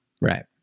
Right